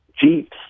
jeeps